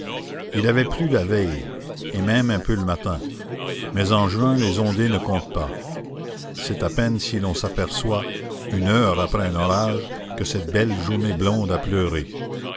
il avait plu la veille et même un peu le matin mais en juin les ondées ne comptent pas c'est à peine si l'on s'aperçoit une heure après un orage que cette belle journée blonde a pleuré